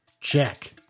Check